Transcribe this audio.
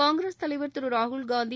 காங்கிரஸ் தலைவர் திரு ராகுல்காந்தி